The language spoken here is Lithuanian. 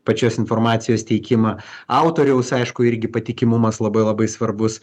pačios informacijos teikimą autoriaus aišku irgi patikimumas labai labai svarbus